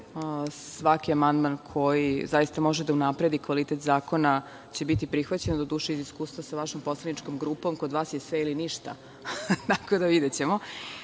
Svaki amandman koji zaista može da unapredi kvalitet zakona će biti prihvaćen, doduše iz iskustva sa vašom poslaničkom grupom kod vas je sve ili ništa, tako da ćemo